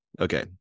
okay